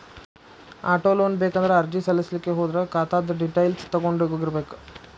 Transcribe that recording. auto loan ಬೇಕಂದ್ರ ಅರ್ಜಿ ಸಲ್ಲಸ್ಲಿಕ್ಕೆ ಹೋದ್ರ ಖಾತಾದ್ದ್ ಡಿಟೈಲ್ಸ್ ತಗೊಂಢೊಗಿರ್ಬೇಕ್